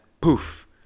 poof